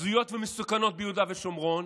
הזויות ומסוכנות ביהודה ושומרון